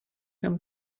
come